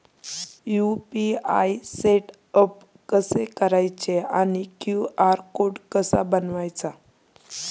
UPI setup कसे करायचे आणि क्यू.आर कोड कसा बनवायचा?